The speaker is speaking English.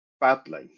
badly